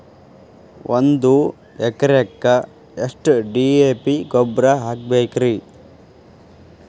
ಒಂದು ಎಕರೆಕ್ಕ ಎಷ್ಟ ಡಿ.ಎ.ಪಿ ಗೊಬ್ಬರ ಹಾಕಬೇಕ್ರಿ?